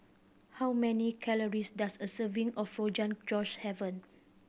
how many calories does a serving of Rogan Josh have